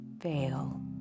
fail